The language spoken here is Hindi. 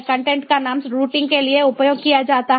कंटेंट का नाम रूटिंग के लिए उपयोग किया जाता है